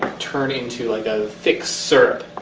turn into like a thick syrup